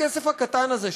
הכסף הקטן הזה,